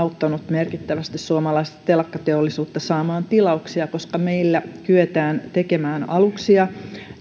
merkittävästi auttanut suomalaista telakkateollisuutta saamaan tilauksia koska meillä kyetään tekemään aluksia